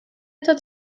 tot